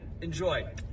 Enjoy